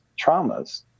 traumas